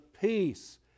peace